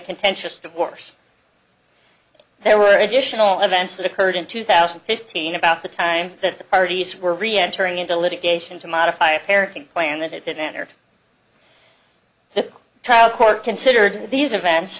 contentious divorce there were additional events that occurred in two thousand and fifteen about the time that the parties were really entering into litigation to modify a parenting plan that it didn't or the trial court considered these events